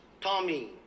Tommy